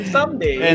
Someday